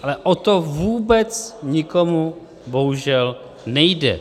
Ale o to vůbec nikomu bohužel nejde.